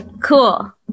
Cool